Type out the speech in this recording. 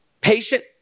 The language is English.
Patient